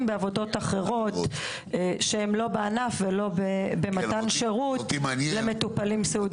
בעבודות אחרות שהן לא בענף ולא במתן שירות למטופלים סיעודיים.